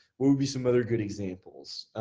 what would be some other good examples?